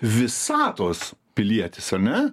visatos pilietis ane